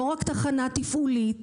לא רק תחנה תפעולית